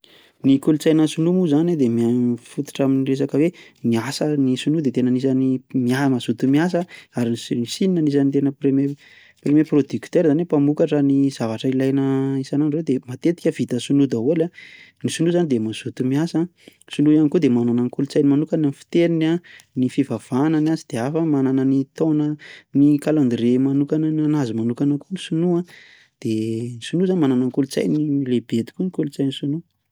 Ny kolontsaina sinoa moa izany dia mifototra amin'ny resaka hoe miasa. Ny sinoa dia tena anisan'ny mazoto miasa, ary i Sina anisany premier producteur, izany hoe mpamokatra, ny zavatra ilaina isan'andro de matetika vita sinoa daholo, ny sinoa zany dia mazoto miasa, ny sinoa ihany koa dia manana ny kolontsainy manokana, ny fiteniny, ny fivavahana ny azy dia hafa, manana ny taona, ny kalendrie manokana ny an'azy manokana koa ny sinoa an, dia ny sinoa zany manana ny kolontsainy, lehibe tokoa ny kolotsaina sinoa.